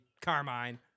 Carmine